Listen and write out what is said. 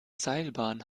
seilbahn